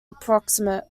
approximate